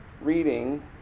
reading